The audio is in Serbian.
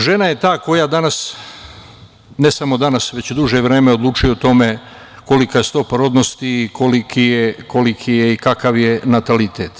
Žena je ta koja danas, ne samo danas već duže vreme odlučuje o tome kolika je stopa rodnosti i koliko je i kakav je natalitet.